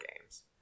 games